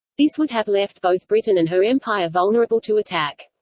this would have left both britain and her empire vulnerable to attack.